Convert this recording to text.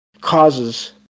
causes